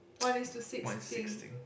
one is to six thing